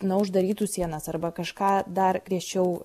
na uždarytų sienas arba kažką dar griežčiau